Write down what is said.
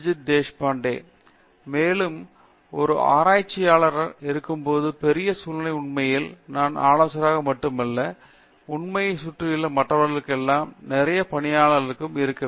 தேஷ்பாண்டே மேலும் ஒரு ஆராய்ச்சியாளராக நாம் இருக்கும் மற்ற பெரிய சூழ்நிலையை உண்மையில் நாம் ஆலோசகராக மட்டுமல்ல நம்மைச் சுற்றியுள்ள மற்றவர்களுக்கெல்லாம் நிறையப் பணியாளர்களும் இருக்க வேண்டும்